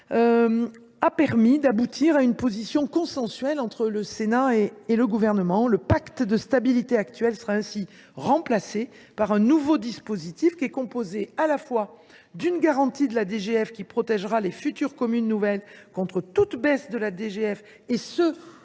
a permis d’aboutir à une position consensuelle entre le Sénat et le Gouvernement. Le pacte de stabilité actuel sera ainsi remplacé par un nouveau dispositif, composé de deux éléments : une garantie de DGF qui protégera les futures communes nouvelles contre toute baisse de DGF de